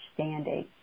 understanding